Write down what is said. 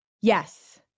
yes